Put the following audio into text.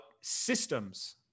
systems